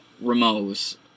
Ramos